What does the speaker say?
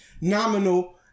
nominal